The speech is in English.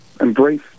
embrace